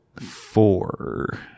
four